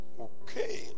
okay